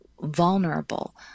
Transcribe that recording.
vulnerable